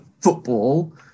football